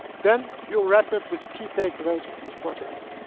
then, we will wrap up with the key takeaways of this project.